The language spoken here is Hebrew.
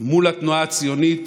מול התנועה הציונית